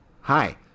Hi